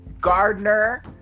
Gardner